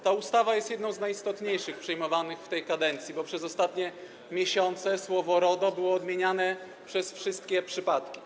Ta ustawa jest jedną z najistotniejszych przyjmowanych w tej kadencji, bo przez ostatnie miesiące słowo: RODO było odmieniane przez wszystkie przypadki.